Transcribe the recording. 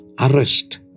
arrest